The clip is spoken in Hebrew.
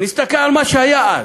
נסתכל על מה שהיה אז.